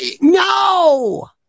no